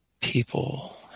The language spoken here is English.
people